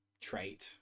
trait